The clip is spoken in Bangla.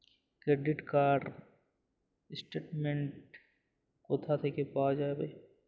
ক্রেডিট কার্ড র স্টেটমেন্ট কোথা থেকে পাওয়া যাবে?